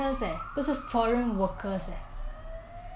foreigners 就是很像 S-pass 的人